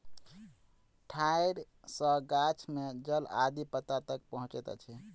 ठाइड़ सॅ गाछ में जल आदि पत्ता तक पहुँचैत अछि